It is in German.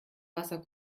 wasser